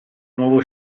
nuovo